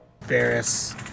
Ferris